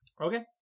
Okay